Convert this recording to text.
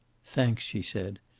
thanks, she said,